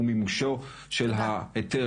הותיקים שלהן איתן,